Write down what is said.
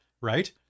Right